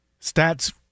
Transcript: Stats